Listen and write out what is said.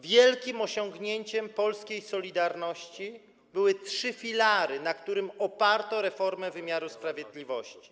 Wielkim osiągnięciem polskiej „Solidarności” były trzy filary, na których oparto reformę wymiaru sprawiedliwości.